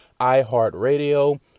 iHeartRadio